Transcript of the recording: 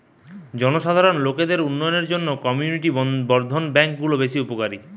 জনসাধারণ লোকদের উন্নয়নের জন্যে কমিউনিটি বর্ধন ব্যাংক গুলো বেশ উপকারী